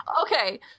Okay